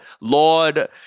Lord